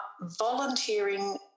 volunteering